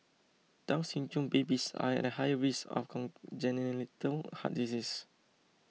Down Syndrome babies are at higher risk of congenital heart disease